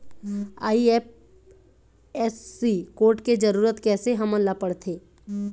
IFSC code के जरूरत कैसे हमन ला पड़थे?